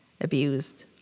abused